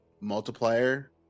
multiplier